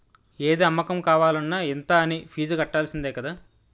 ఏది అమ్మకం కావాలన్న ఇంత అనీ ఫీజు కట్టాల్సిందే కదా